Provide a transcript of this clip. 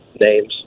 names